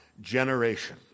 generation